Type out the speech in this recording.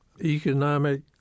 economic